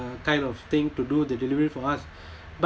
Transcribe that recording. uh kind of thing to do the delivery for us but